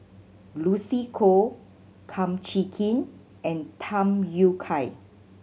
Lucy Koh Kum Chee Kin and Tham Yui Kai